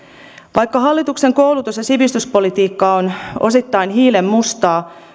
vaikka hallituksen koulutus ja sivistyspolitiikka on osittain hiilenmustaa